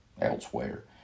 elsewhere